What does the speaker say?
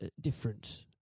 different